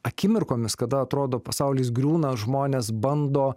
akimirkomis kada atrodo pasaulis griūna žmonės bando